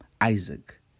Isaac